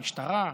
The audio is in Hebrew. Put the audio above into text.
המשטרה,